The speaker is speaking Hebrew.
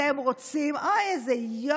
אתם רוצים, אוי, איזה יופי.